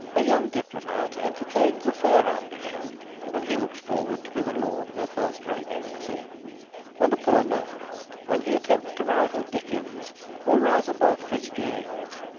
a young diplomat entertains a fair ambition when he looks forward to be the lord of a first-rate embassy and a poor novelist when he attempts to rival dickens or rise above fitzjames,